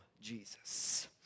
Jesus